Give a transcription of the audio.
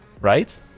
right